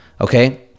okay